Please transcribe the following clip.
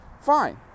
fine